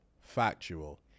factual